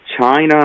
China